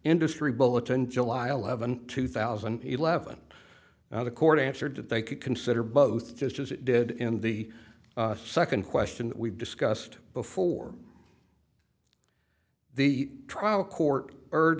industry bulletin july eleventh two thousand and eleven now the court answered that they could consider both just as it did in the second question we've discussed before the trial court